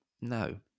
no